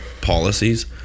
policies